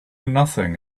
nothing